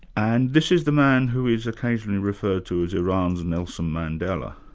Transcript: and this is the man who is occasionally referred to as iran's nelson mandela?